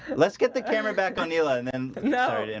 let's get the camera back on yellin and no but and